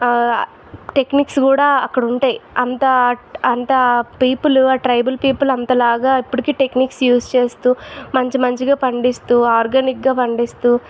techniques కూడా అక్కడ ఉంటాయి అంత అంతా పీపుల్ ట్రైబుల్ పీపుల్ అంతలాగా ఇప్పుడికి టెక్నిక్స్ యూజ్ చేస్తూ మంచి మంచిగా పండిస్తూ ఆర్గానిక్గా పండిస్తూ